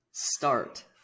Start